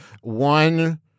one